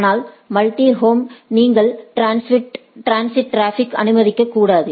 ஆனால் multi home இல் நீங்கள் ட்ரான்சிட் டிராபிக்யை அனுமதிக்கக்கூடாது